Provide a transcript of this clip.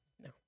No